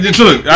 look